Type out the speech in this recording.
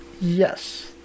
Yes